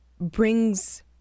brings